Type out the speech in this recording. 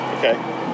Okay